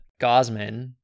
gosman